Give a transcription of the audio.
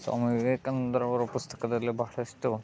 ಸ್ವಾಮಿ ವಿವೇಕಾನಂದರವರ ಪುಸ್ತಕದಲ್ಲಿ ಬಹಳಷ್ಟು